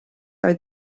are